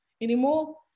anymore